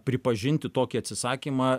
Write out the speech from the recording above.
pripažinti tokį atsisakymą